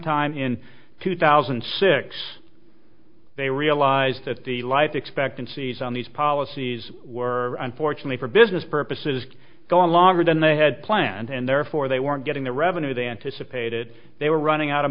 sometime in two thousand and six they realized that the life expectancies on these policies were unfortunately for business purposes go on longer than they had planned and therefore they weren't getting the revenue they anticipated they were running out of